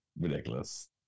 ridiculous